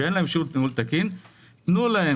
תנו להן,